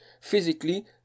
Physically